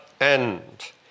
end